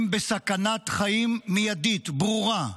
הם בסכנת חיים מיידית ברורה.